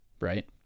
Right